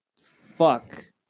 fuck